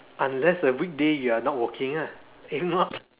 unless the weekday you are not working lah if not